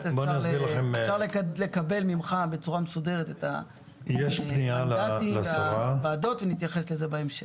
אפשר לקבל ממך בצורה מסודרת את המנדטים והוועדות ונתייחס לזה בהמשך.